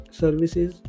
services